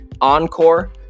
encore